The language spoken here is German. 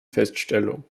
feststellung